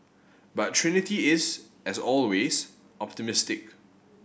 but Trinity is as always optimistic